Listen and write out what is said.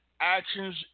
actions